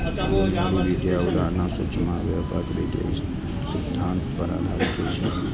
बुनियादी वित्तीय अवधारणा सूक्ष्म आ व्यापक वित्तीय सिद्धांत पर आधारित होइ छै